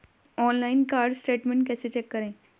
Online card statement कैसे check करें?